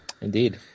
Indeed